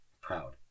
Proud